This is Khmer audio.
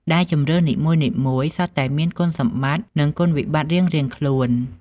ដែលជម្រើសនីមួយៗសុទ្ធតែមានគុណសម្បត្តិ និងគុណវិបត្តិរៀងៗខ្លួន ។